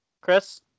Chris